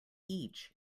each